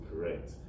correct